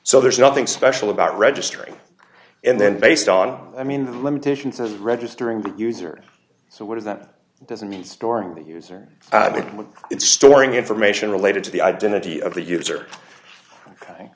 so there's nothing special about registering and then based on i mean the limitations of registering users so what is that doesn't mean storing the user id when it's storing information related to the identity of the user